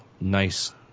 nice